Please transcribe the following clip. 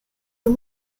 you